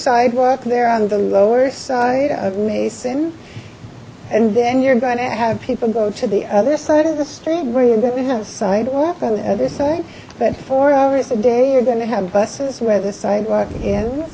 sidewalk there on the lower side of mason and then you're going to have people go to the other side of the street where you'd never have sidewalk on the other side but four hours a day you're going to have buses where the sidewalk